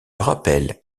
rappelle